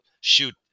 shoot